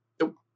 Nope